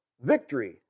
victory